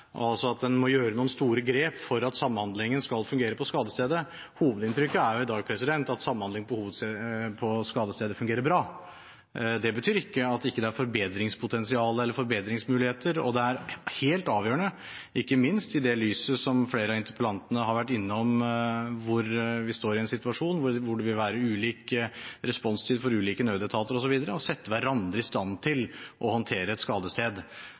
er, altså at en må gjøre noen store grep for at samhandlingen skal fungere på skadestedet – at hovedinntrykket i dag er at samhandling på skadestedet fungerer bra. Det betyr ikke at det ikke er forbedringspotensial eller forbedringsmuligheter. Det er helt avgjørende – ikke minst i lys av det som flere av talerne har vært innom, hvor vi står i en situasjon hvor det vil være ulik responstid for ulike nødetater osv. – å sette hverandre i stand til å håndtere et skadested,